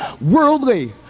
worldly